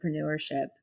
entrepreneurship